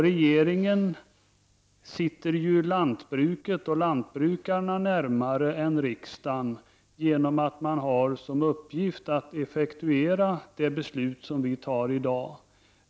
Regeringen sitter ju lantbruket och lantbrukarna närmare än vad riksdagen gör genom att regeringen har som uppgift att effektuera det beslut vi fattar i dag.